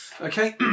Okay